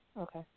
Okay